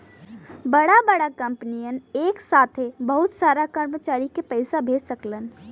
बड़ा बड़ा कंपनियन एक साथे बहुत सारा कर्मचारी के पइसा भेज सकलन